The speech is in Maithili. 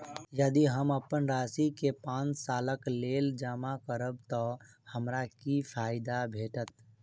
यदि हम अप्पन राशि केँ पांच सालक लेल जमा करब तऽ हमरा की फायदा भेटत?